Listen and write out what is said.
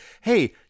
hey